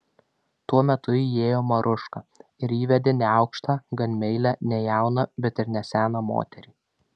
tuo metu įėjo maruška ir įvedė neaukštą gan meilią ne jauną bet ir ne seną moterį